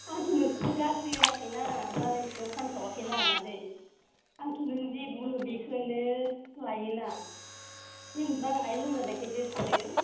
आंथ' नोंसोरखौ गाज्रि होनाखैना मालायनि सिगाङाव फानसावयाखैना मादै आंथ' नों जि बुङो बिखोनो लायोना जेनबा आं आइ लोमजानायखायसो थादो